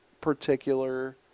particular